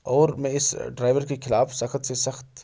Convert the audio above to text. اور میں اس ڈرائیور کے خلاف سخت سے سخت